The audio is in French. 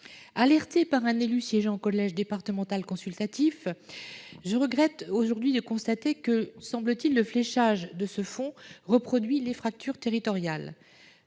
Alertée par un élu siégeant au collège départemental consultatif, je regrette aujourd'hui de constater que, semble-t-il, le fléchage de ce fonds reproduit les fractures territoriales.